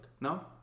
No